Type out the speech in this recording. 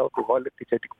alkoholį tai čia tik